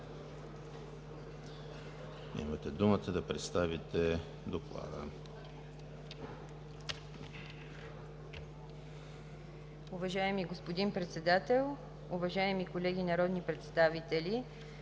имате думата да ни представите Доклада.